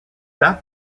that